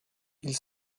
ils